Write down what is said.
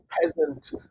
peasant